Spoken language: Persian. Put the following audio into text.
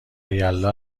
یلدا